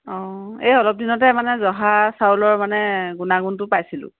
অঁ এই অলপ দিনতে মানে জহা চাউলৰ মানে গুনাগুনটো পাইছিলোঁ